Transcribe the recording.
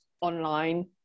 online